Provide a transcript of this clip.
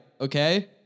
okay